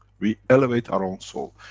we elevate our own soul.